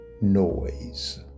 noise